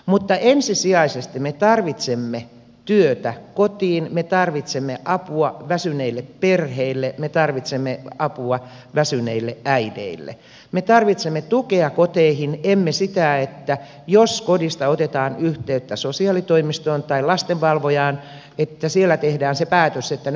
mutta ensisijaisesti me tarvitsemme työtä kotiin me tarvitsemme apua väsyneille perheille me tarvitsemme apua väsyneille äideille me tarvitsemme tukea koteihin emme sitä että jos kodista otetaan yhteyttä sosiaalitoimistoon tai lastenvalvojaan siellä tehdään se päätös että nyt otetaan lapsi huostaan